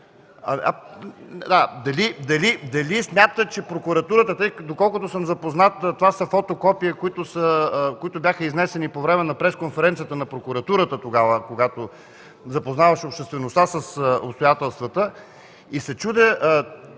представител Данаил Кирилов.) Доколкото съм запознат, това са фотокопия, които бяха изнесени по време на пресконференцията на прокуратурата тогава, когато се запознаваше обществеността с обстоятелствата, и се чудя